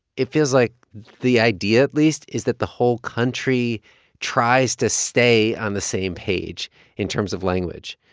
it feels like the idea, at least, is that the whole country tries to stay on the same page in terms of language.